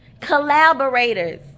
Collaborators